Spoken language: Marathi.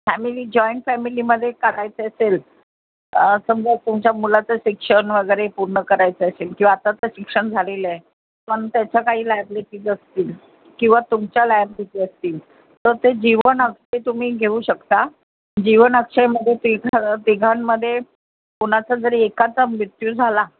फॅमिली जॉईंट फॅमिलीमध्ये टाकायची असेल समजा तुमच्या मुलाचं शिक्षण वगैरे पूर्ण करायचं असेल किंवा आत्ताचं शिक्षण झालेलं आहे पण त्याच्या काही लायबलिटीज असतील किंवा तुमच्या लायबलिटी असतील तर ते जीवन अक्षय तुम्ही घेऊ शकता जीवन अक्षयमध्ये तिघं तिघांमध्ये कुणाचा जरी एकाचा मृत्यू झाला